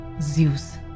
Zeus